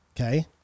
okay